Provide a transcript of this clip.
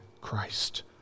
Christ